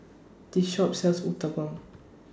This Shop sells Uthapam